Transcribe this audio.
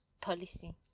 Policy